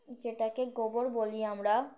যেটাকে গোবর বলি আমরা